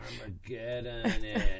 Armageddon